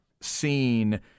seen –